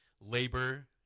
labor